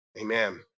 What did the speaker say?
Amen